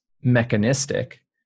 mechanistic